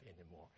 anymore